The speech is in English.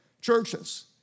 churches